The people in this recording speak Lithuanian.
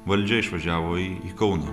valdžia išvažiavo į į kauną